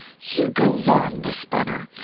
you go long, miss bunner.